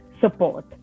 support